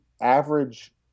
average